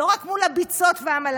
לא רק מול הביצות והמלריה,